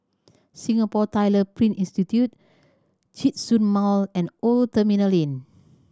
Singapore Tyler Print Institute Djitsun Mall and Old Terminal Lane